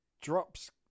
Drops